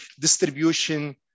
distribution